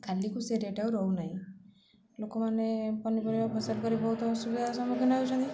କାଲିକୁ ସେଇ ରେଟ୍ ଆଉ ରହୁନାହିଁ ଲୋକମାନେ ପନିପରିବା କରି ବହୁତ ଅସୁବିଧାର ସମ୍ମୁଖୀନ ହେଉଛନ୍ତି